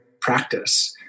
practice